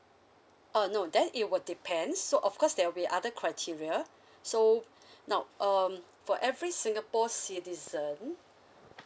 uh no then it will depends so of course there will be other criteria so nope um for every singapore citizen